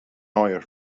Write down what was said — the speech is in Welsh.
oer